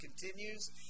continues